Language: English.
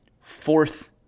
fourth